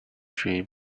drain